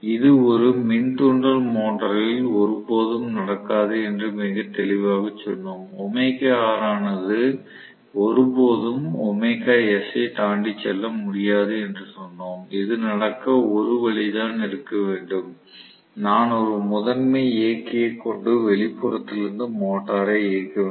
இது ஒரு மின் தூண்டல் மோட்டரில் ஒருபோதும் நடக்காது என்று மிகத் தெளிவாகக் சொன்னோம் ஆனது ஒருபோதும் ஐத் தாண்டிச் செல்ல முடியாது என்று சொன்னோம் இது நடக்க ஒரு வழிதான் இருக்க வேண்டும் நான் ஒரு முதன்மை இயக்கியை கொண்டு வெளிப்புறத்திலிருந்து மோட்டாரை இயக்க வேண்டும்